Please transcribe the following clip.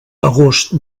agost